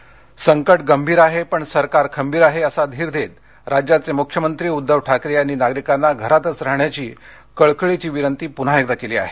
ठाकरे संकट गंभीर आहे पण सरकार खंबीर आहे असा धीर देत राज्याचे मुख्यमंत्री उद्दव ठाकरे यांनी नागरिकांना घरातच राहण्याची कळकळीची विनंती पून्हा एकदा केली आहे